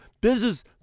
business